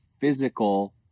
physical